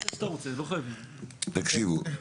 תקשיבו,